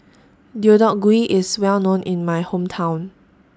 Deodeok Gui IS Well known in My Hometown